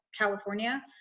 California